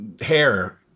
hair